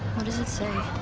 what does it say?